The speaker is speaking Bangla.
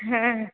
হ্যাঁ